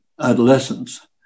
adolescence